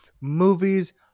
movies